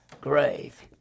grave